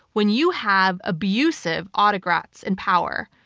when you have abusive autocrats in power,